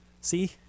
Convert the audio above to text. see